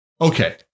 Okay